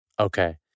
Okay